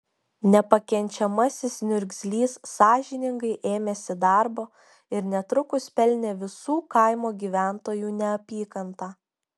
nepakenčiamasis niurgzlys sąžiningai ėmėsi darbo ir netrukus pelnė visų kaimo gyventojų neapykantą